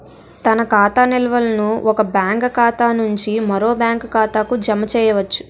తన ఖాతా నిల్వలను ఒక బ్యాంకు ఖాతా నుంచి మరో బ్యాంక్ ఖాతాకు జమ చేయవచ్చు